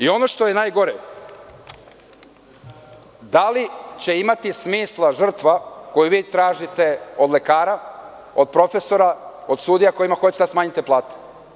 Ono što je najgore, da li će imati smisla žrtva koju vi tražite od lekara, od profesora, od sudija kojima hoćete da smanjite plate?